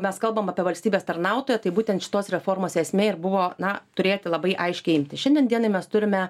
mes kalbam apie valstybės tarnautoją tai būtent šitos reformos esmė ir buvo na turėti labai aiškiai šiandien dienai mes turime